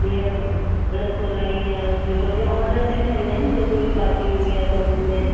जीअं रसमलाई या रसगुल्लो ऑडर ते ठाहींदा आहिनि जीअं कोई पार्टी हूंदी आहे त हुनमें